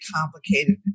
complicated